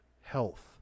health